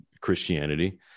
Christianity